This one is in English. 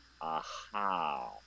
aha